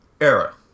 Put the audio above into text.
era